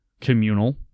communal